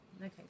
Okay